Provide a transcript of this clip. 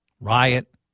riot